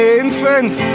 infant